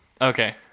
Okay